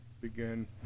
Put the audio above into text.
begin